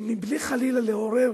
בלי חלילה לעורר